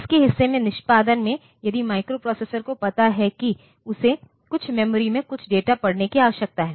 इसके हिस्से में निष्पादन में यदि माइक्रोप्रोसेसर को पाता है कि उसे कुछ मेमोरी से कुछ डेटा पढ़ने की आवश्यकता है